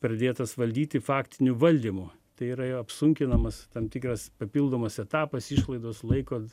pradėtas valdyti faktiniu valdymu tai yra apsunkinamas tam tikras papildomas etapas išlaidos laiko